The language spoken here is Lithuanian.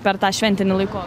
per tą šventinį laiko